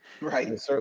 right